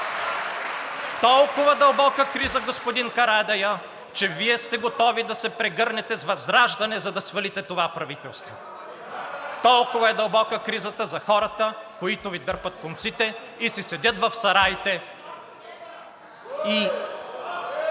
Толкова дълбока криза, господин Карадайъ, че Вие сте готови да се прегърнете с ВЪЗРАЖДАНЕ, за да свалите това правителство. Толкова е дълбока кризата за хората, които Ви дърпат конците и си седят в сараите…